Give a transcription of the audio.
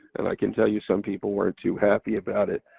and i can tell you some people weren't too happy about it.